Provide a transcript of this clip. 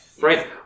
Right